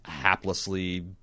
haplessly